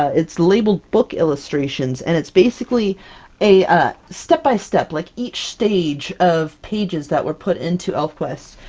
ah it's labeled book illustrations, and it's basically a step-by-step, like each stage of pages that were put into elfquest.